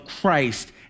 Christ